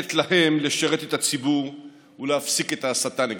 לתת להם לשרת את הציבור ולהפסיק את ההסתה נגדם.